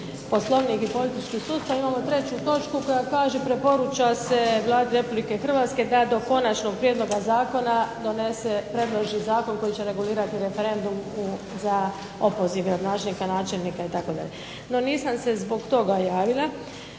Poslovnik i politički sustav imamo treću točku koja kaže preporuča se Vladi Republike Hrvatske da do konačnog prijedloga zakona predloži zakon koji će regulirati referendum za opoziv načelnika, gradonačelnika itd. NO, nisam se zbog toga javila.